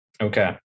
okay